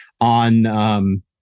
on